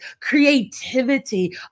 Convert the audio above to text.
creativity